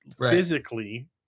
physically